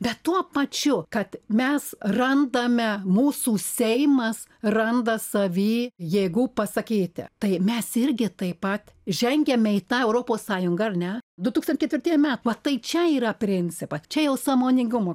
bet tuo pačiu kad mes randame mūsų seimas randa savy jėgų pasakyti tai mes irgi taip pat žengiame į tą europos sąjungą ar ne du tūkstant ketvirtieji metai va tai čia yra principas čia jau sąmoningumo